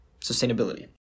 sustainability